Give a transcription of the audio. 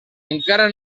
encara